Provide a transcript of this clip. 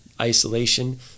isolation